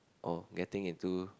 or getting in do